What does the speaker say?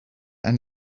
and